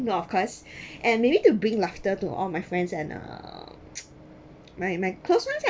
you know of course and maybe to bring laughter to all my friends and um my my close friends lah